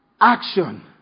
action